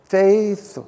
faith